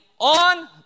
on